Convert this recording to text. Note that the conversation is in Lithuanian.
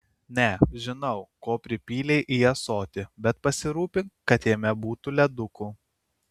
ne žinau ko pripylei į ąsotį bet pasirūpink kad jame būtų ledukų